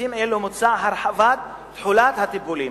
בסעיפים אלו מוצעת הרחבת תחולת הטיפולים